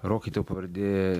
rokai tavo pavardė